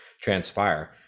transpire